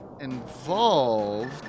involved